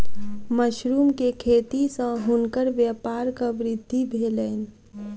mushroom के खेती सॅ हुनकर व्यापारक वृद्धि भेलैन